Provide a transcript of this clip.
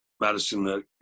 Madison